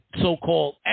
so-called